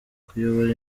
kuyobora